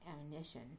ammunition